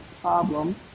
problem